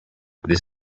this